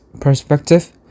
perspective